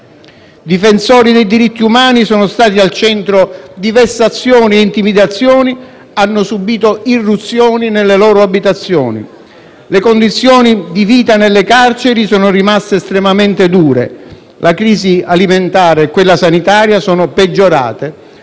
Difensori dei diritti umani sono stati al centro di vessazioni e intimidazioni, hanno subito irruzioni nelle loro abitazioni. Le condizioni di vita nelle carceri sono rimaste estremamente dure. La crisi alimentare e quella sanitaria sono peggiorate,